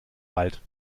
wald